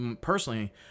personally